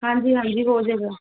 ਹਾਂਜੀ ਹਾਂਜੀ ਹੋ ਜਾਵੇਗਾ